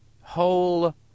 whole